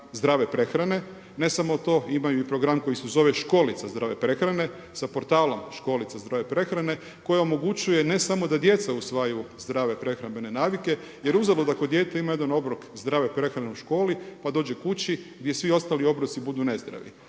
zdrave prehrane, ne samo to, imaju i program koji se zove školica zdrave prehrane sa portalom školica zdrave prehrane, koja omogućuju ne samo da djeca usvajaju zdrave prehrambene navike, jer uzalud ako dijete ima jedan obrok zdrave prehrane u školi, pa dođe kući, gdje svi ostali obroci budu nezdravi.